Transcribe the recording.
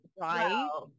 Right